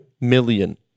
million